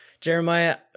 Jeremiah